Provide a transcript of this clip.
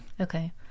okay